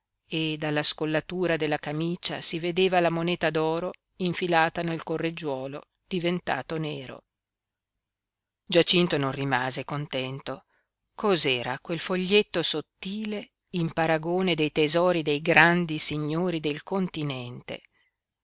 e dalla scollatura della camicia si vedeva la moneta d'oro infilata nel correggiuolo diventato nero giacinto non rimase contento cos'era quel foglietto sottile in paragone dei tesori dei grandi signori del continente